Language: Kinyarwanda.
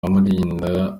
abamurinda